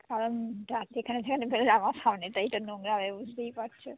কারণ তা যেখানে সেখানে ফেললে আমার সামনেটাই তো নোংরা হবে বুঝতেই পারছো